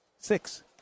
Six